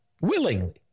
willingly